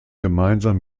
gemeinsam